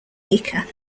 acre